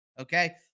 okay